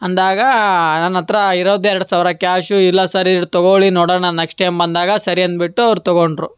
ಅಂದಾಗ ನನ್ನ ಹತ್ರ ಇರೋದು ಎರ್ಡು ಸಾವಿರ ಕ್ಯಾಶು ಇಲ್ಲ ಸರ್ ಇರ್ಲಿ ತಗೊಳ್ಳಿ ನೋಡೋಣ ನೆಕ್ಷ್ಟ್ ಟೈಮ್ ಬಂದಾಗ ಸರಿ ಅಂದ್ಬಿಟ್ಟು ಅವ್ರು ತೊಗೊಂಡರು